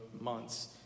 months